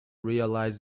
realise